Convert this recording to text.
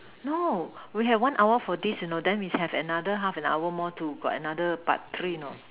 no we have one hour for this you know then we have another half an hour more to got another part three you know